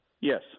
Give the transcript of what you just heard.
Yes